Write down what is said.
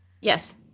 Yes